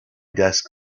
desk